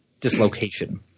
dislocation